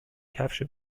کفش